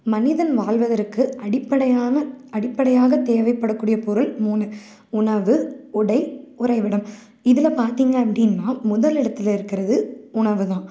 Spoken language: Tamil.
மனிதன் வாழ்வதற்கு அடிப்படையான அடிப்படையாக தேவைப்படக்கூடிய பொருள் மூணு உணவு உடை உறைவிடம் இதில் பார்த்திங்க அப்படின்னா முதல் இடத்துல இருக்கிறது உணவுதான்